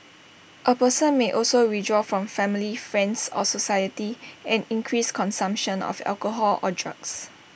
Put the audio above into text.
A person may also withdraw from family friends or society and increase consumption of alcohol or drugs